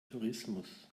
tourismus